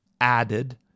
added